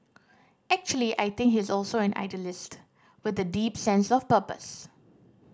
actually I think he is also an idealist with a deep sense of purpose